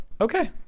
okay